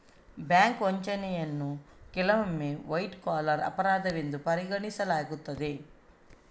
bank ವಂಚನೆಯನ್ನು ಕೆಲವೊಮ್ಮೆ white collar ಅಪರಾಧವೆಂದು ಪರಿಗಣಿಸಲಾಗುತ್ತದೆ